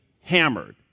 hammered